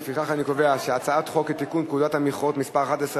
לפיכך אני קובע שהצעת חוק לתיקון פקודת המכרות (מס' 11),